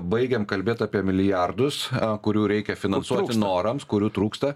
baigėm kalbėt apie milijardus kurių reikia finansuoti norams kurių trūksta